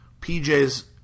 PJ's